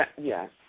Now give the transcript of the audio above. Yes